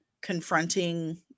confronting